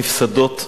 נפסדות,